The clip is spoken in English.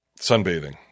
sunbathing